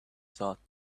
thought